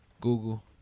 Google